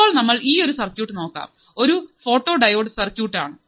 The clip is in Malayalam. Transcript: ഇപ്പോൾ നമ്മൾ ഈയൊരു സർക്യൂട്ട് നോക്കാം ഒരു ഫോട്ടോ ഡയോഡ് സർക്യൂട്ട് ആണ്